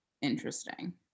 interesting